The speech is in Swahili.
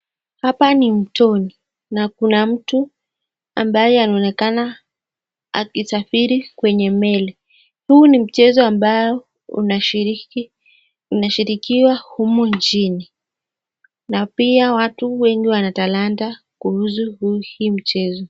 Hapa ni mtoni na kuna mtu ambaye anaonekana akisafiri kwenye meli. Huu ni mchezo ambao unashiriki, unashirikiwa humu nchini na pia watu wengi wana talanta kuhusu huu mchezo.